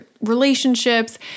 relationships